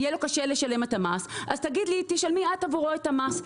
יהיה לו קשה לשלם את המס אז תגיד לי שאני אשלם עבורו את המס.